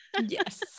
yes